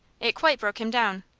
it quite broke him down.